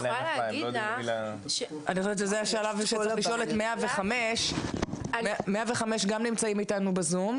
אני חושבת שזה השלב לשאול את 105 שגם נמצאים איתנו בזום.